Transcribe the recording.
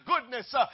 goodness